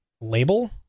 label